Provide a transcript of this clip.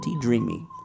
dreamy